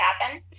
happen